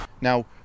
Now